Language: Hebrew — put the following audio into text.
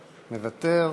מוותר,